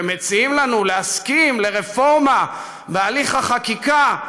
ומציעים לנו להסכים לרפורמה בהליך החקיקה.